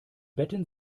betten